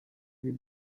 you